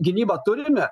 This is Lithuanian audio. gynybą turime